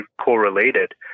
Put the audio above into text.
correlated